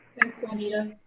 thanks, juanita.